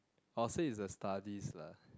I'll say is a studies lah